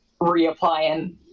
reapplying